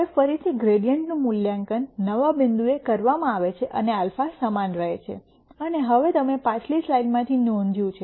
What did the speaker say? હવે ફરીથી ગ્રૈડીઅન્ટ નું મૂલ્યાંકન નવા બિંદુએ કરવામાં આવે છે અને α સમાન રહે છે અને હવે તમે પાછલી સ્લાઇડ્સમાંથી નોંધ્યું છે